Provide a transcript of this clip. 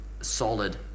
solid